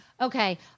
okay